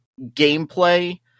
gameplay